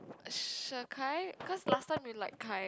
Shakai because last time we like kai